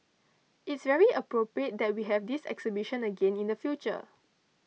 it's very appropriate that we have this exhibition again in the future